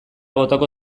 botako